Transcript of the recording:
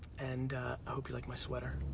and i hope you like my sweater.